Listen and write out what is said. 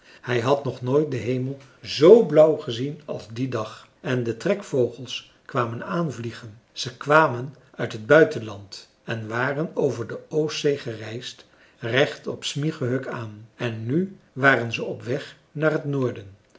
hij had nog nooit den hemel z blauw gezien als dien dag en de trekvogels kwamen aanvliegen ze kwamen uit het buitenland en waren over de oostzee gereisd recht op smygehuk aan en nu waren ze op weg naar het noorden